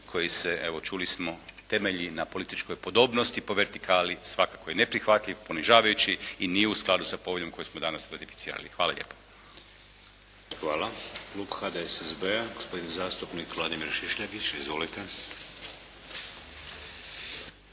koji se evo čuli smo temelji na političkoj podobnosti po vertikali svakako je neprihvatljiv, ponižavajući i nije u skladu sa poveljom koju smo danas ratificirali. Hvala lijepo. **Šeks, Vladimir (HDZ)** Hvala. Klub HDSSB-a gospodin zastupnik Vladimir Šišljagić. Izvolite.